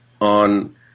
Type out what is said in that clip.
on